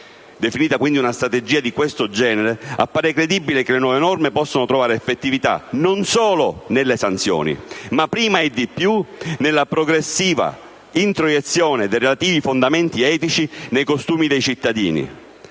Definita quindi una strategia di questo genere, appare credibile che le nuove norme possano trovare effettività non solo nelle sanzioni ma, prima e di più, nella progressiva introiezione dei relativi fondamenti etici nei costumi dei cittadini.